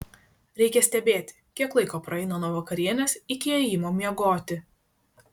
reikia stebėti kiek laiko praeina nuo vakarienės iki ėjimo miegoti